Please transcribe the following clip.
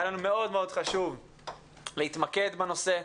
היה לנו מאוד מאוד חשוב להתמקד בנושא,